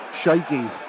shaky